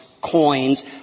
coins